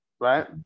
right